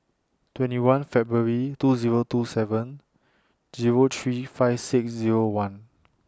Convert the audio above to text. twenty one February two Zero two seven Zero three five six Zero one